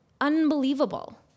unbelievable